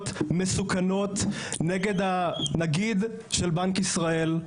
מסוכנות נגד הנגיד של בנק ישראל,